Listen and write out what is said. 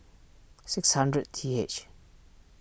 six hundred T H